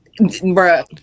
Bruh